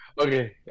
Okay